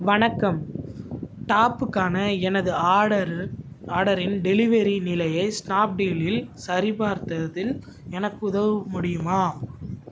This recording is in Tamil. வணக்கம் டாப்புக்கான எனது ஆர்டர் ஆர்டரின் டெலிவரி நிலையை ஸ்னாப்டீலில் சரிபார்த்ததில் எனக்கு உதவ முடியுமா